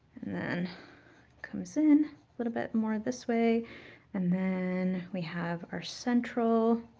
and then comes in a little bit more this way and then we have our central,